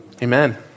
Amen